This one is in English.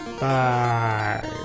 Bye